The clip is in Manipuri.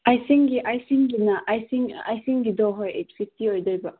ꯑꯥꯏꯁꯤꯡ ꯑꯥꯏꯁꯤꯡꯒꯤꯅ ꯑꯥꯏꯁꯤꯡ ꯑꯥꯏꯁꯤꯡꯒꯤꯗꯣ ꯍꯣꯏ ꯑꯩꯠ ꯐꯤꯞꯇꯤ ꯑꯣꯏꯗꯣꯏꯕ